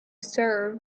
serve